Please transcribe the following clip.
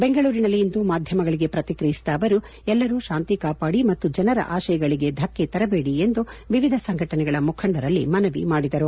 ಬೆಂಗಳೂರಿನಲ್ಲಿಂದು ಮಾಧ್ಯಮಗಳಿಗೆ ಪ್ರತಿಕ್ರಿಯಿಸಿದ ಅವರು ಎಲ್ಲರು ಶಾಂತಿ ಕಾಪಾಡಿ ಮತ್ತು ಜನರ ಆಶಯಗಳಿಗೆ ಧಕ್ಕ ತರಬೇಡಿ ಎಂದು ವಿವಿಧ ಸಂಘಟನೆಗಳ ಮುಖಂಡರಲ್ಲಿ ಮನವಿ ಮಾಡಿದರು